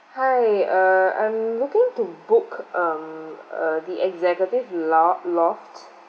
hi err I'm looking to book um uh the executive lou~ loft